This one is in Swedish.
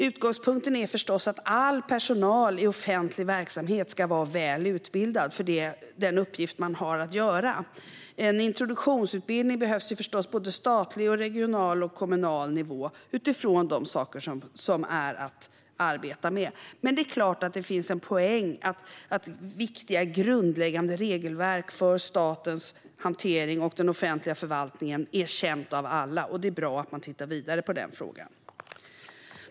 Utgångspunkten är att all personal i offentlig verksamhet förstås ska vara väl utbildad för sin uppgift. Det behövs en introduktionsutbildning på såväl statlig som kommunal och regional nivå utifrån det man ska arbeta med. Men det finns såklart en poäng med att viktiga grundläggande regelverk för statens hantering och den offentliga förvaltningen är kända av alla. Det är bra att man tittar vidare på frågan.